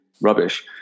rubbish